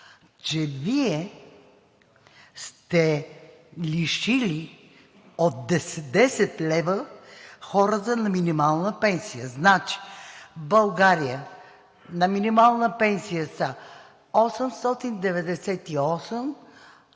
че Вие сте лишили от 10 лв. хората на минимална пенсия. В България на минимална пенсия са 898